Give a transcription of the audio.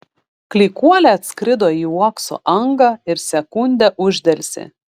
klykuolė atskrido į uokso angą ir sekundę uždelsė